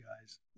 guys